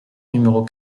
numéro